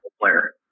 player